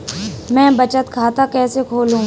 मैं बचत खाता कैसे खोलूं?